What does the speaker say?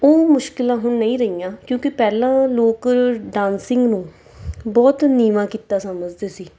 ਉਹ ਮੁਸ਼ਕਿਲਾਂ ਹੁਣ ਨਹੀਂ ਰਹੀਆਂ ਕਿਉਂਕਿ ਪਹਿਲਾਂ ਲੋਕ ਡਾਂਸਿੰਗ ਨੂੰ ਬਹੁਤ ਨੀਵਾਂ ਕਿੱਤਾ ਸਮਝਦੇ ਸੀ